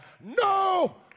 no